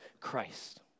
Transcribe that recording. Christ